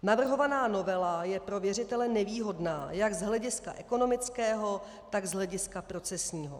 Navrhovaná novela je pro věřitele nevýhodná jak z hlediska ekonomického, tak z hlediska procesního.